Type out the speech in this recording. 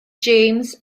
james